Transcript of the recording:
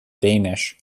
danish